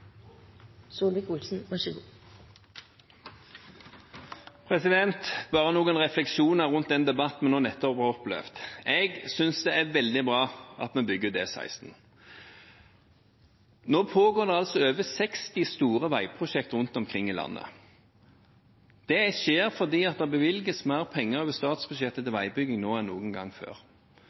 veldig bra at en bygger ut E16. Nå pågår det over 60 store veiprosjekter rundt omkring i landet. Det skjer fordi det bevilges mer penger over statsbudsjettet til veibygging nå enn noen gang før.